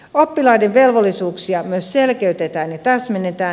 oppilaiden velvollisuuksia myös selkeytetään ja täsmennetään